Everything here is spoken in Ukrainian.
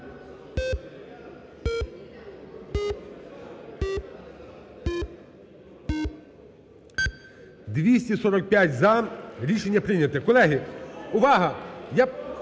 За-245 Рішення прийнято. Колеги, увага!